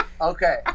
Okay